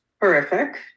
horrific